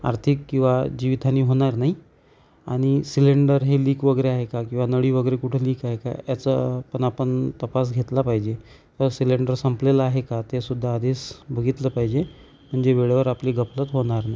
आर्थिक किंवा जिवीतहानी होणार नाही आणि सिलेंडर हे लीक वगैरे आहे का किंवा नळी वगैरे कुठे लीक आहे का याचा पण आपण तपास घेतला पाहिजे व सिलेंडर संपलेला आहे का ते सुद्धा आधीच बघितलं पाहिजे म्हणजे वेळेवर आपली गफलत होणार नाही